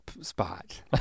spot